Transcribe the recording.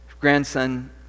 grandson